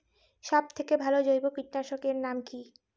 সব থেকে ভালো জৈব কীটনাশক এর নাম কি?